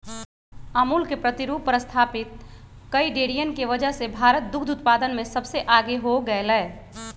अमूल के प्रतिरूप पर स्तापित कई डेरियन के वजह से भारत दुग्ध उत्पादन में सबसे आगे हो गयलय